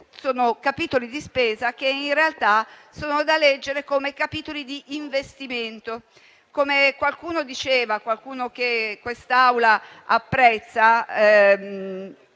sono capitoli di spesa che in realtà sono da leggere come capitoli di investimento. Come qualcuno diceva - qualcuno che quest'Aula apprezza